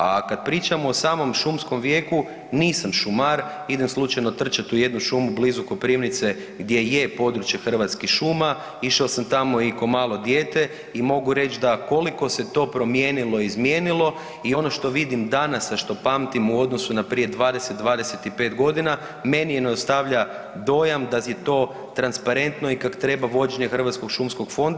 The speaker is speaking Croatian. A kada pričamo o samom šumskom vijeku, nisam šumar idem slučajno trčati u jednu šumu blizu Koprivnice gdje je područje Hrvatskih šuma, išao sam tamo i ko malo dijete i mogu reći da koliko se to promijenilo izmijenilo i ono što vidim danas, a što pamtim u odnosu od prije 20, 25 godina meni ne ostavlja dojam da je transparentno i kak treba vođenje hrvatskog šumskog fonda.